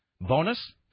Bonus